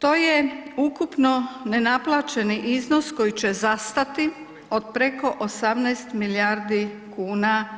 To je ukupno nenaplaćeni iznos koji će zastati od preko 18 milijardi kuna